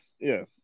yes